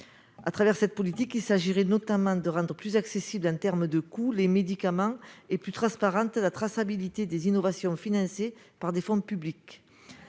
À travers cette politique, il s'agirait notamment de rendre plus accessibles les médicaments en termes de coût et plus transparente la traçabilité des innovations financées sur fonds publics.